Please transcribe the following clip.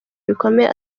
bikomeye